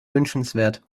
wünschenswert